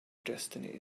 destiny